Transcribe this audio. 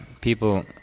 people